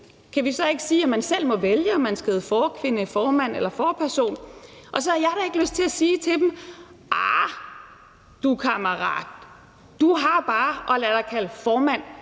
kan vi så ikke sige, at man selv må vælge, om man skal hedde forkvinde, formand eller forperson? Så har jeg da ikke lyst til at sige til dem: Arh, kammerat, du har bare at lade dig kalde formand,